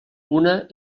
una